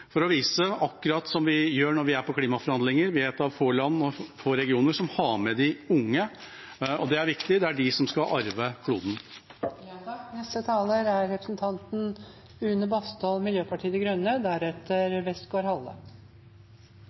akkurat som vi gjør når vi er i klimaforhandlinger. Vi er et av få land og en av få regioner som har med seg de unge, men det er viktig, for det er de som skal arve kloden. Klima- og naturkrisen er